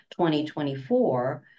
2024